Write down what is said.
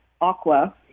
Aqua